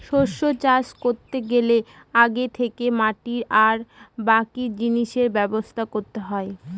শস্য চাষ করতে গেলে আগে থেকে মাটি আর বাকি জিনিসের ব্যবস্থা করতে হয়